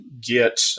get